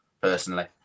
personally